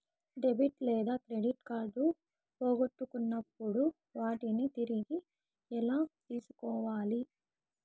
debit లేదా credit కార్డులు పోగొట్టుకున్నప్పుడు వాటిని తిరిగి ఎలా తీసుకోవాలి